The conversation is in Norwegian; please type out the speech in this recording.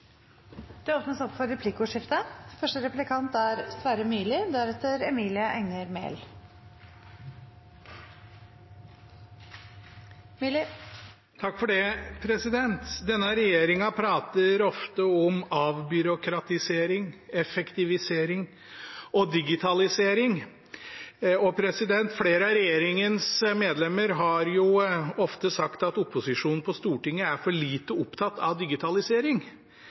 Det blir replikkordskifte. Denne regjeringen prater ofte om avbyråkratisering, effektivisering og digitalisering. Flere av regjeringens medlemmer har ofte sagt at opposisjonen på Stortinget er for lite opptatt av digitalisering.